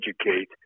educate